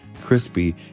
crispy